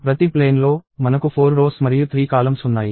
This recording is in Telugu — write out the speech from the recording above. ప్రతి ప్లేన్ లో మనకు 4 రోస్ మరియు 3 కాలమ్స్ ఉన్నాయి